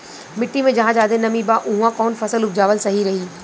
मिट्टी मे जहा जादे नमी बा उहवा कौन फसल उपजावल सही रही?